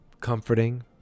comforting